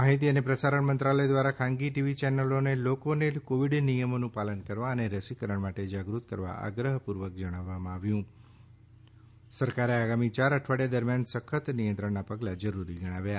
માહિતી અને પ્રસારણ મંત્રાલય ધ્વારા ખાનગી ટીવી ચેનલોને લોકોને કોવિડ નિયમોનું પાલન કરવા અને રસીકરણ માટે જાગૃત કરવા આગૃહ પૂર્વક જણાવવામાં આવ્યું સરકારે આગામી ચાર અઠવાડીયા દરમિયાન સખ્ત નિયંત્રણના પગલા જરૂરી ગણાવ્યા